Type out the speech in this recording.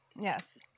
yes